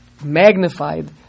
magnified